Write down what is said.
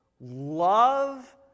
love